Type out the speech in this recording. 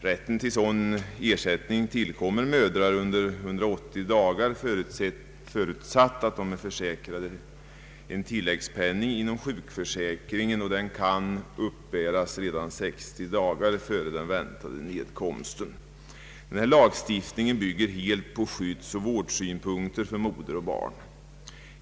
Rätten till sådan ersättning tillkommer mödrar under 180 dagar förutsatt att de är försäkrade för tilläggssjukpenning inom sjukförsäkringen, och ersättningen kan uppbäras redan 60 dagar före den vän tade nedkomsten. Lagstiftningen bygger helt på skyddssynpunkter för moder och barn.